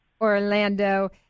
Orlando